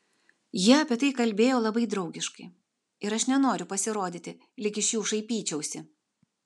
jie apie tai kalbėjo labai draugiškai ir aš nenoriu pasirodyti lyg iš jų šaipyčiausi